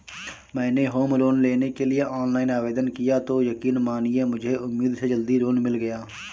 मैंने home loan लेने के लिए ऑनलाइन आवेदन किया तो यकीन मानिए मुझे उम्मीद से जल्दी लोन मिल गया